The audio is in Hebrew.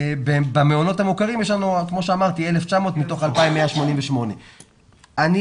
במעונות המוכרים יש לנו 1,900 מתוך 2,188. אני